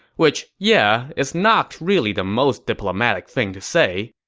which yeah, is not really the most diplomatic thing to say.